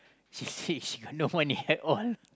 she said she got no one to had all